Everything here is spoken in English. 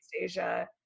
Asia